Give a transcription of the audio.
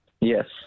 Yes